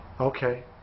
Okay